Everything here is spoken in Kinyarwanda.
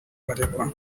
baregwa